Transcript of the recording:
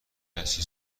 کسی